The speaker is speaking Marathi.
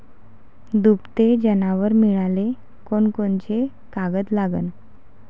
दुभते जनावरं मिळाले कोनकोनचे कागद लागन?